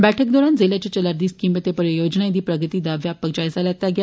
बैठक दौरान ज़िले च चला'रदी स्कीमें ते परियोजनाएं दी प्रगति दा व्यापक जायज़ा लैता गेआ